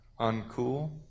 uncool